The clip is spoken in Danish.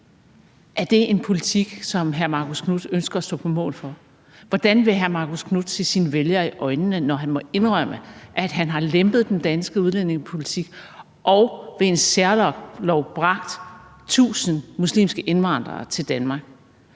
Er det en politik, som hr. Marcus Knuth ønsker at stå på mål for? Hvordan vil hr. Marcus Knuth se sine vælgere i øjnene, når han må indrømme, at han har lempet den danske udlændingepolitik og ved en særlov bragt 1.000 muslimske indvandrere til Danmark?